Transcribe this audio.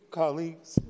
colleagues